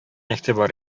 игътибар